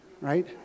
right